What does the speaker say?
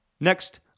Next